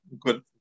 Good